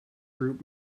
group